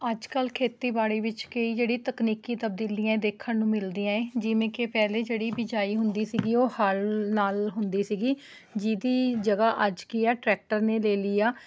ਅੱਜ ਕੱਲ੍ਹ ਖੇਤੀਬਾੜੀ ਵਿੱਚ ਕਈ ਜਿਹੜੀ ਤਕਨੀਕੀ ਤਬਦੀਲੀਆਂ ਦੇਖਣ ਨੂੰ ਮਿਲਦੀਆਂ ਹੈ ਜਿਵੇਂ ਕਿ ਪਹਿਲੇ ਜਿਹੜੀ ਬਿਜਾਈ ਹੁੰਦੀ ਸੀਗੀ ਉਹ ਹਲ ਨਾਲ ਹੁੰਦੀ ਸੀਗੀ ਜਿਹਦੀ ਜਗ੍ਹਾ ਅੱਜ ਕੀ ਆ ਟਰੈਕਟਰ ਨੇ ਲੈ ਲਈ ਆ